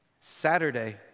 Saturday